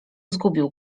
zgubił